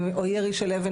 או ירי של אבן,